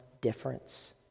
difference